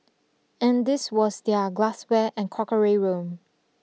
and this was their glassware and crockery room